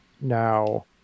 Now